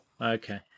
Okay